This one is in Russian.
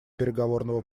переговорного